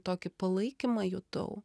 tokį palaikymą jutau